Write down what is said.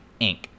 Inc